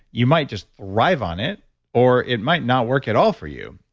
you might just thrive on it or it might not work at all for you.